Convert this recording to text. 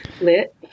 Lit